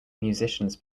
musicians